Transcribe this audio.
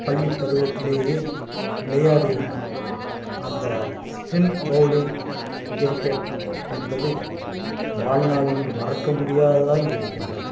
பள்ளி பருவத்திலேயே விளையாடின அந்த ஸ்பின் பவுலிங் கிரிக்கெட் என்பது வாழ்நாளில் மறக்க முடியாததாய் இருக்கின்றது